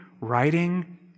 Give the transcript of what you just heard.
writing